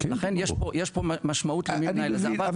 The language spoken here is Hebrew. אז לכן יש פה משמעות למי מנהל --- אני מבין,